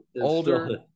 older